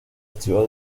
archivado